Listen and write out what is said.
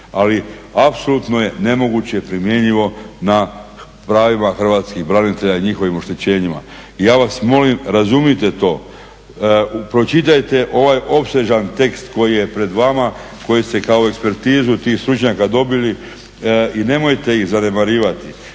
Ali apsolutno je nemoguće primjenjivo na pravima Hrvatskih branitelja i njihovim oštećenjima. Ja vas molim razumite to, pročitajte ovaj opsežan tekst koji je pred vama, koji se kao ekspertizu tih stručnjaka dobili i nemojte ih zanemarivati,